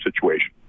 situation